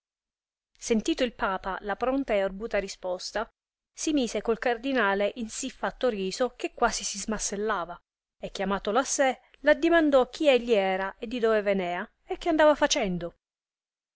compieta sentita il papa la pronta e arguta risposta si mise col cardinale in sì fatto riso che quasi si smassellava e chiamatolo a sé l addimandò chi egli era e di dove venea e che andava facendo